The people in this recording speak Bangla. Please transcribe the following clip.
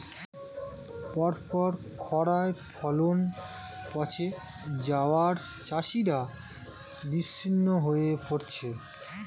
পরপর খড়ায় ফলন পচে যাওয়ায় চাষিরা বিষণ্ণ হয়ে পরেছে